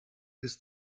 ist